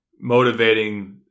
motivating